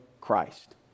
Christ